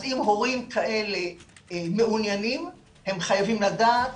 אז אם הורים כאלה מעוניינים, הם חייבים לדעת